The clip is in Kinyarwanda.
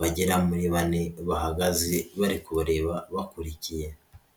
bagera muri bane, bahagaze bari kubareba bakurikiye.